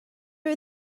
are